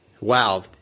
wow